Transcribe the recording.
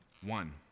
One